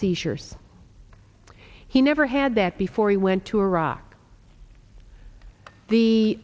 seizures he never had that before he went to iraq the